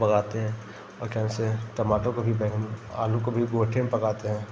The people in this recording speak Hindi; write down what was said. पकाते हैं और क्या से टमाटर को भी बैंगन आलू को भी गोइठे में पकाते हैं